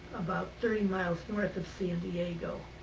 about thirty miles north of san diego,